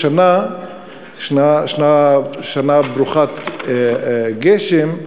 השנה שנה ברוכת גשם.